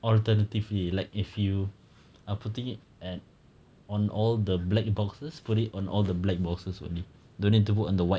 alternatively like if you are putting it at on all the black boxes put it on all the black boxes only don't need to work on the white